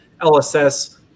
LSS